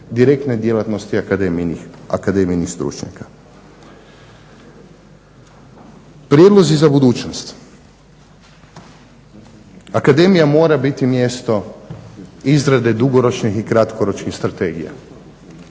direktne djelatnosti akademijinih stručnjaka. Prijedlozi za budućnost. Akademija mora biti mjesto izrade dugoročnih i kratkoročnih strategija.